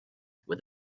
with